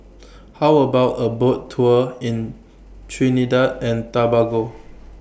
How about A Boat Tour in Trinidad and Tobago